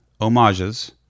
Homages